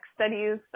studies